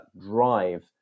drive